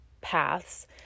paths